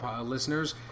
listeners